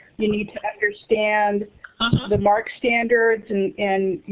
you need to understand um so the marc standards. and, and